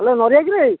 hello ନରିଆ କି ରେ